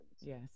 Yes